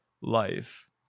life